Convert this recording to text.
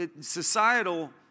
societal